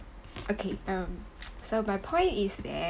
okay um so my point is that